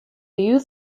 youth